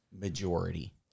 majority